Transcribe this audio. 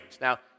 Now